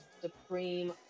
Supreme